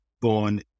born